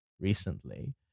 recently